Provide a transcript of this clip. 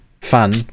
fun